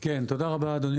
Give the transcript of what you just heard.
כן, תודה רבה אדוני